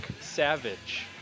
Savage